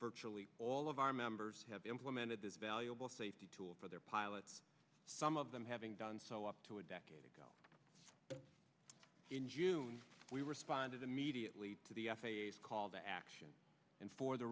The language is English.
virtually all of our members have implemented this valuable safety tool for their pilots some of them having done so up to a decade ago in june we responded immediately to the f a s call the action and for the